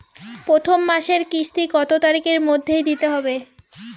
প্রথম মাসের কিস্তি কত তারিখের মধ্যেই দিতে হবে?